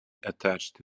attached